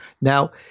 Now